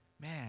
man